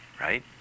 right